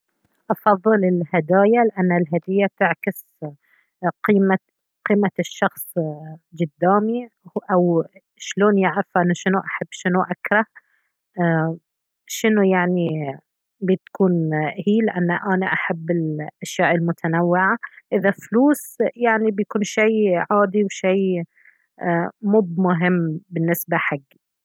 أفضل الهدايا لأنه الهدية تعكس قيمة قيمة الشخص قدامي أو شلون يعرف أنا شنو أحب شنو أكره ايه شنو يعني بتكون هي لأنه أنا أحب الأشياء المتنوعة إذا فلوس يعني بيكون شي عادي وشي ايه مب مهم بالنسبة حجي